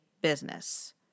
business